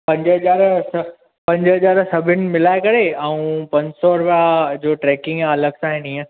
पंज हज़ार अथव पंज हज़ार सभिनि मिलाए करे ऐं पंज सौ रुपया जो ट्रेकिंग आहे अलॻि सां हीअं